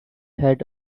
had